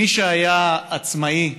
מי שהיה עצמאי בחייו,